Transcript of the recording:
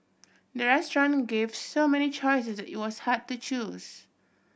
the restaurant gave so many choices it was hard to choose